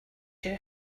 you